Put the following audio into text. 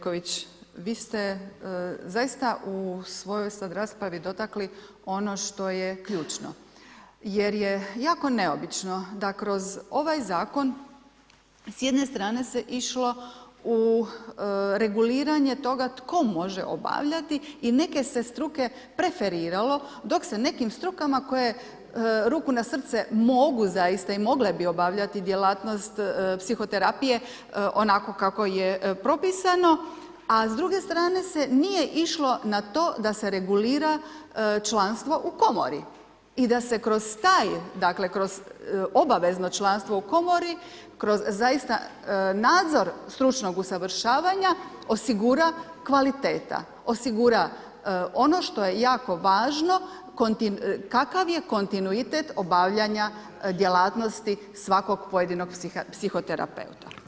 Kolegice Jerković, vi ste zaista u svojoj sad raspravi dotakli ono što je ključno jer je jako neobično da kroz ovaj Zakon s jedne strane se išlo u reguliranje toga tko može obavljati i neke se struke preferiralo, dok se nekim strukama koje, ruku na srce mogu zaista i mogle bi obavljati djelatnost psihoterapije onako kako je propisano, a s druge strane se nije išlo na to da se regulira članstvo u komori i da se kroz taj dakle, kroz obavezno članstvo u komori, kroz zaista nadzor stručnog usavršavanja osigura kvaliteta, osigura ono što je jako važno, kakav je kontinuitet obavljanja djelatnosti svakog pojedinog psihoterapeuta.